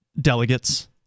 delegates